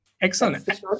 Excellent